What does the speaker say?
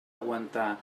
aguantar